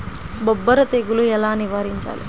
బొబ్బర తెగులు ఎలా నివారించాలి?